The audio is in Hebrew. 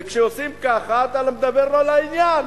וכשעושים ככה, אתה מדבר לא לעניין.